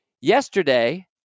Yesterday